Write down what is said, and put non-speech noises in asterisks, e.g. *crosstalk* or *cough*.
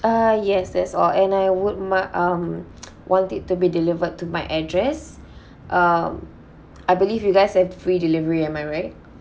uh yes that's all and I would mark um *noise* want it to be delivered to my address um I believe you guys have free delivery am I right